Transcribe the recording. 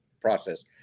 process